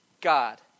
God